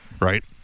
right